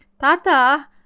Tata